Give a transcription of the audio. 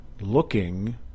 looking